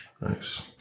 Nice